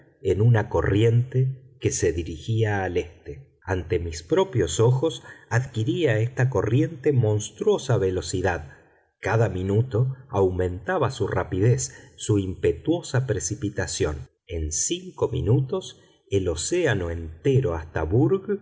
en una corriente que se dirigía al este ante mis propios ojos adquiría esta corriente monstruosa velocidad cada minuto aumentaba su rapidez su impetuosa precipitación en cinco minutos el océano entero hasta